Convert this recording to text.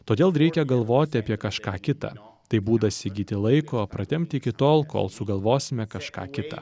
todėl reikia galvoti apie kažką kitą tai būdas įgyti laiko pratempti iki tol kol sugalvosime kažką kitą